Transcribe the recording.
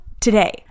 today